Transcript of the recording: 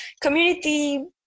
community